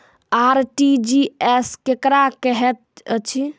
RTGS केकरा कहैत अछि?